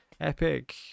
Epic